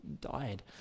died